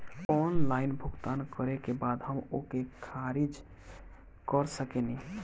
Online भुगतान करे के बाद हम ओके खारिज कर सकेनि?